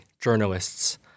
journalists